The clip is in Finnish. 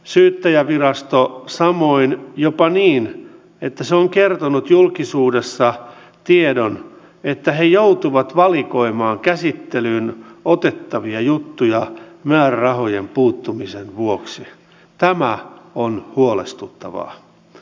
syyttäjänvirasto samoin jopa niin että nyt on kertonut julkisuudessa tiedon että he joutuvat valikoimaan käsittelyyn otettavia juttuja määrärahojen mahdollista käydä tästä aiheesta debattia